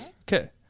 Okay